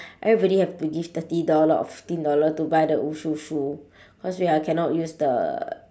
everybody have to give thirty dollar or fifteen dollar to buy the 武术 shoe cause we're cannot use the